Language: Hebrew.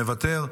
מוותר,